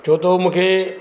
छो त हो मूंखे